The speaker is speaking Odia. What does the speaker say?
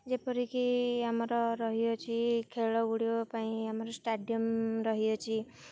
ଯେପରିକି ଆମର ରହିଅଛି ଖେଳଗୁଡ଼ିକ ପାଇଁ ଆମର ଷ୍ଟାଡିୟମ୍ ରହିଅଛି